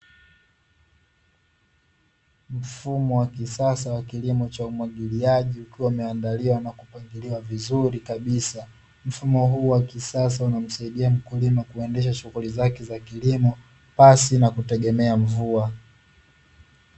Mfumo wa kisasa wa umwagiliaji ukiwa umeandaliwa na kupangiliwa vizuri kabisa, mfumo huu wa kisasa humsaidia mkulima kuendesha shughuli zake za kilimo pasi na kutegemea mvua.